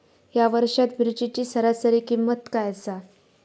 या वर्षात मिरचीची सरासरी किंमत काय आसा?